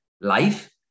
life